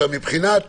מבחינת